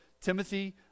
Timothy